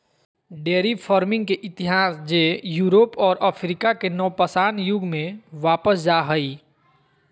dairy farming के इतिहास जे यूरोप और अफ्रीका के नवपाषाण युग में वापस जा हइ